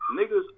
Niggas